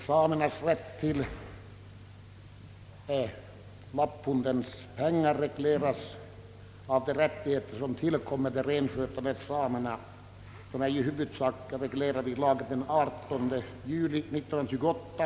Samernas rätt till lappfondens pengar och de rättigheter som tillkommer de renskötande samerna är i huvudsak reglerade i lagen den 18 juli 1928.